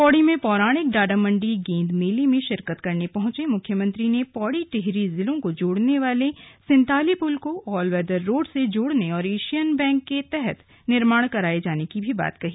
पौड़ी में पौराणिक डाडामंडी गेंद मेले में शिरकत करने पहुंचे मुख्यमंत्री ने पौड़ी टिहरी जिलों को जोड़ने वाले सिंताली पुल को ऑल वेदर रोड से जोड़ने और एशियन बैंक के तहत निर्माण कराये जाने की बात कही